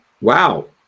Wow